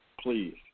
Please